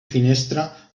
finestra